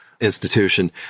institution